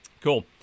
Cool